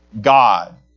God